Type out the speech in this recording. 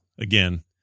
again